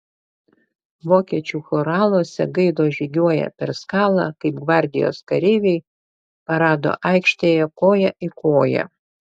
vokiečių choraluose gaidos žygiuoja per skalą kaip gvardijos kareiviai parado aikštėje koja į koją